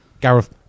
Gareth